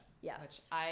Yes